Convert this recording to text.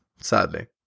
Sadly